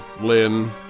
Lynn